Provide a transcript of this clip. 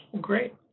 Great